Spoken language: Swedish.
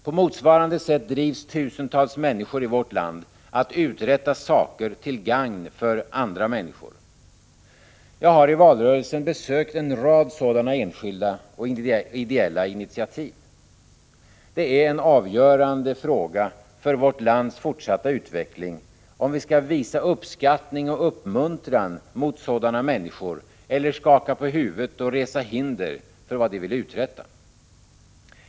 På motsvarande sätt drivs tusentals människor i vårt land att uträtta saker till gagn för andra människor. Jag har i valrörelsen besökt en rad sådana enskilda och ideella arrangemang. Det är en avgörande fråga för vårt lands fortsatta utveckling, om vi skall ge uppskattning och uppmuntran åt sådana människor eller skaka på huvudet och resa hinder för vad de vill uträtta.